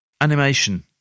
Animation